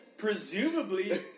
presumably